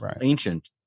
ancient